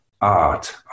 art